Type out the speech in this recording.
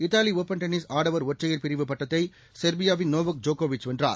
Italy open tennis ஆடவர் ஒற்றையர் பிரிவு பட்டத்தை செர்பியாவின் நோவோக் ஜோக்கோவிச் வென்றார்